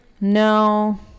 No